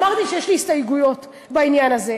אמרתי שיש לי הסתייגויות בעניין הזה,